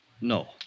No